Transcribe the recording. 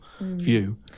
view